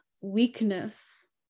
weakness